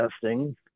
testing